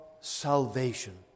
salvation